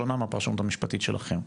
שונה מהפרשנות המשפטית שלכם.